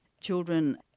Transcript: Children